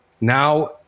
now